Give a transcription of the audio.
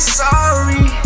sorry